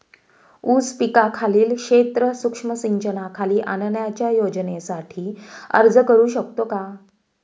ऊस पिकाखालील क्षेत्र सूक्ष्म सिंचनाखाली आणण्याच्या योजनेसाठी अर्ज करू शकतो का?